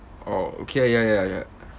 orh okay ya ya ya ya